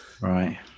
Right